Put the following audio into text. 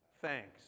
thanks